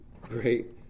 great